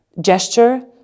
gesture